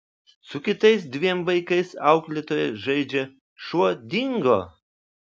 su kitais dviem vaikais auklėtoja žaidžia šuo dingo